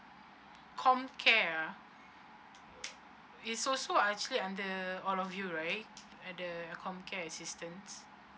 com care ah it's also actually under all of you right at the the com care assistance